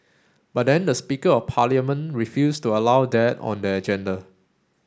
but then the speaker of parliament refused to allow that on the agenda